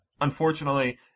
unfortunately